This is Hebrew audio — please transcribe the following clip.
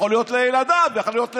יכול להיות לילדיו, יכול להיות לאחיו,